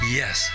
yes